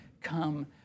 come